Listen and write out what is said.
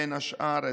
בין השאר,